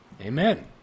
Amen